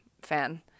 fan